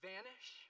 vanish